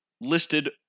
listed